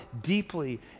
deeply